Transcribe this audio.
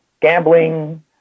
Gambling